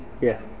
Yes